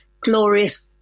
glorious